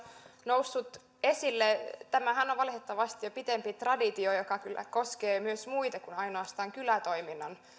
noussut esille tämähän on valitettavasti jo pidempi traditio joka kyllä koskee myös muita kuin ainoastaan kylätoiminnan